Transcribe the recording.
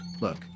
look